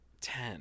Ten